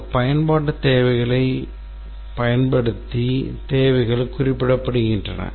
அங்கு பயன்பாட்டு நிகழ்வுகளைப் பயன்படுத்தி தேவைகள் குறிப்பிடப்படுகின்றன